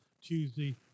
Tuesday